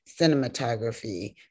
cinematography